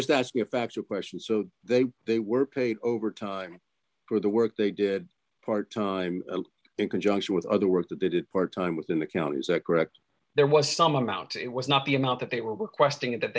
just asking a factual question so they they were paid overtime for the work they did part time in conjunction with other work that they did part time within the county is that correct there was some amount it was not the amount that they were requesting